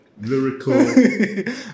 Lyrical